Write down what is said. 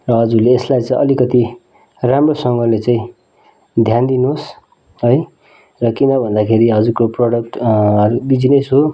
र हजुरले यसलाई चाहिँ अलिकति राम्रोसँगले चाहिँ ध्यान दिनुहोस् है र किनभन्दाखेरि हजुरको प्रोडक्ट बिजिनेस हो